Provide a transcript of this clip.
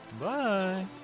Bye